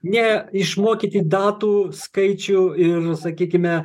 ne išmokyti datų skaičių ir sakykime